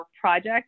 project